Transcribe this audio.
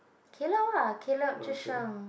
Caleb ah Caleb Zhi-Sheng